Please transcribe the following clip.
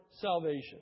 salvation